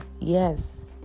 Yes